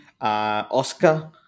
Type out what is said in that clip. Oscar